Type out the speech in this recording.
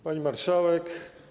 Pani Marszałek!